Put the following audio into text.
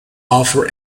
offer